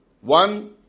One